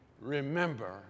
remember